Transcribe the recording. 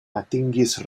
atingis